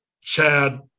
Chad